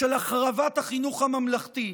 של החרבת החינוך הממלכתי,